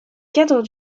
cadre